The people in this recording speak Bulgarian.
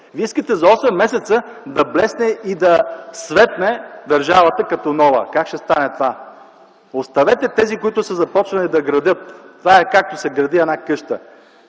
Вие искате за осем месеца да блесне и да светне държавата като нова. Как ще стане това? Оставете тези, които са започнали да градят. Това е, както се гради една къща.